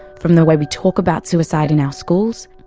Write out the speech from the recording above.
from the way we talk about suicide in our schools,